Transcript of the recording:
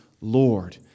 Lord